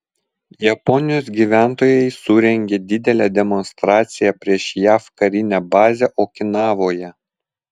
japonijos gyventojai surengė didelę demonstraciją prieš jav karinę bazę okinavoje